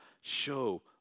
Show